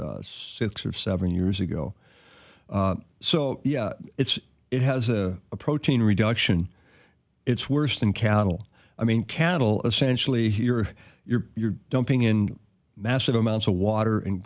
of six or seven years ago so yeah it's it has a protein reduction it's worse than cattle i mean cattle essentially you're you're you're dumping in massive amounts of water and